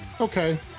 Okay